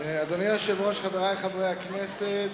אדוני היושב-ראש, חברי חברי הכנסת,